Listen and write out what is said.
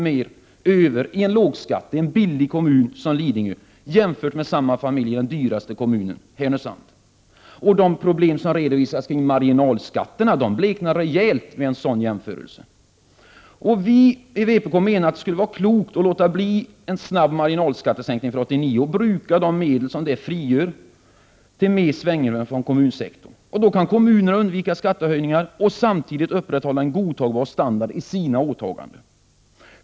mer över i en lågskattekommun, en billig kommun, som Lidingö än i den dyraste kommunen, som var Härnösand. De problem som redovisas kring marginalskatterna bleknar rejält vid en sådan jämförelse. Vi i vpk menar att det skulle vara klokt att låta bli att snabbt sänka marginalskatterna för 1989 och att bruka de medel som de frigör till mer svängrum för kommunsektorn. Då kan kommunerna undvika skattehöjningar och samtidigt upprätthålla en godtagbar standard i sina åtaganden.